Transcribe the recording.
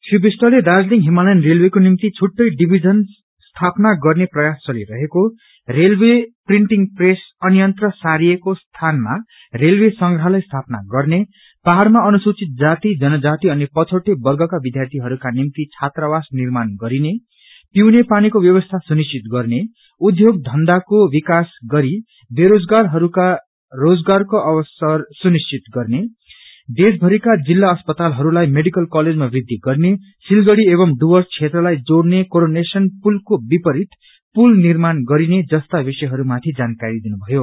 श्री विष्टले दार्जीलिङ हिमालयन रेलवेको निम्ति छुट्टै डिभीजन स्थापना गर्ने प्रयास चलिरहेको रेलवे प्रिन्टींग प्रेस अन्यत्र सारिएको स्थनमा रेलवे संग्रहालय स्थापना गर्ने पहाड़मा अनुसूचित जाति जनजाति अनि पछौटे बर्गका विध्यार्थीहरूका निम्ति छात्रावास निर्माण गरिने पीउने पानीको ब्यवस्था सुनिश्चित गर्ने उध्योग धन्धाको विकास गरि बेरोजगारहरूका रोजगारको अवसर सुनिश्चित गर्ने देशभरिक जिल्ला अस्पतालहरूलाई मेडिकल कलेजमा वृद्धि गर्ने सिलगड़ी एव डुर्वस क्षेत्रलाई जोड़ने कोरोनेशन पुलको विपरित पूल निर्माण गरिने जस्ता विषयहरूमाथि जानकारी दिनु भयो